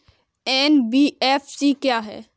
NBFC क्या है?